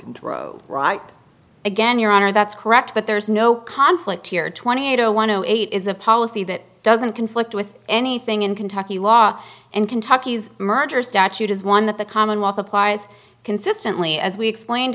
drove right again your honor that's correct but there's no conflict here twenty eight zero one zero eight is a policy that doesn't conflict with anything in kentucky law and kentucky's merger statute is one that the commonwealth applies consistently as we explained